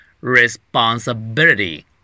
Responsibility